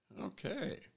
Okay